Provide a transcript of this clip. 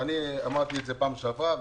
ואני אמרתי את זה בפעם שעברה,